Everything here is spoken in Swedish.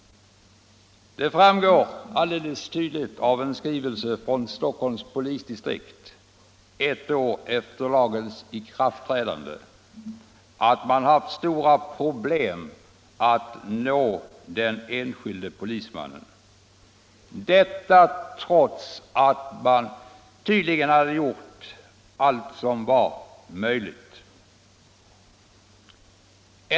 Det framgår alldeles uppenbart av en skrivelse från Stockholms polisdistrikt ett år efter lagens ikraftträdande att man haft stora problem att nå den enskilde polismannen, detta trots att man tydligen har gjort allt som varit möjligt.